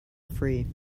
free